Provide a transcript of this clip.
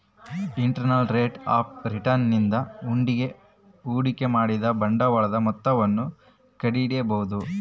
internal rate of return ನಿಂದ ಹೂಡಿಕೆ ಮಾಡಿದ ಬಂಡವಾಳದ ಮೊತ್ತವನ್ನು ಕಂಡಿಡಿಬೊದು